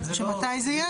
שמתי זה יהיה?